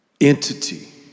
entity